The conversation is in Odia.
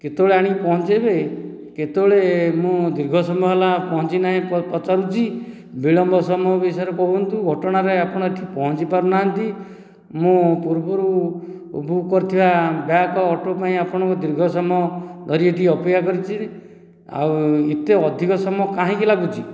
କେତେବେଳେ ଆଣି ପହଞ୍ଚାଇବେ କେତେବେଳେ ମୁଁ ଦୀର୍ଘ ସମୟ ହେଲା ପହଞ୍ଚି ନାହିଁ ପଚାରୁଛି ବିଳମ୍ବ ସମୟ ବିଷୟରେ କୁହନ୍ତୁ ଘଟଣାରେ ଆପଣ ଏଠି ପହଞ୍ଚି ପାରୁନାହାନ୍ତି ମୁଁ ପୂର୍ବରୁ ବୁକ୍ କରିଥିବା ବ୍ୟାକ ଅଟୋ ପାଇଁ ଆପଣଙ୍କୁ ଦୀର୍ଘ ସମୟ ଧରି ଏଠି ଅପେକ୍ଷା କରିଛି ଆଉ ଏତେ ଅଧିକ ସମୟ କାହିଁକି ଲାଗୁଛି